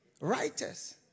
Writers